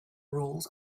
rules